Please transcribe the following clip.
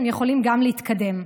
הם יכולים גם להתקדם.